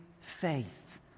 faith